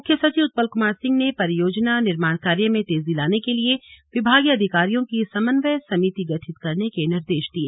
मुख्य सचिव उत्पल कुमार सिंह ने परियोजना निर्माण कार्य में तेजी लाने के लिए विभागीय अधिकारियों की समन्वय समिति गठित करने के निर्देश दिए